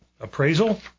appraisal